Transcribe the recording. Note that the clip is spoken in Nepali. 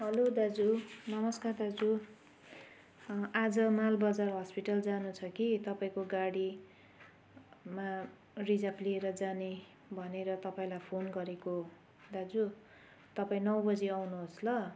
हलो दाजु नमस्कार दाजु आज मालबजार हस्पिटल जानुछ कि तपाईँको गाडीमा रिजर्भ लिएर जाने भनेर तपाईँलाई फोन गरेको दाजु तपाईँ नौ बजे आउनुहोस् ल